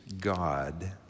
God